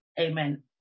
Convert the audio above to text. amen